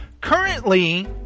Currently